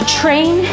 train